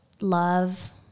love